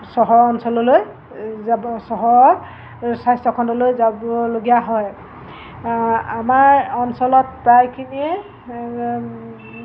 চহৰ অঞ্চললৈ যাব চহৰৰ স্বাস্থ্যখণ্ডলৈ যাবলগীয়া হয় আমাৰ অঞ্চলত প্ৰায়খিনিয়ে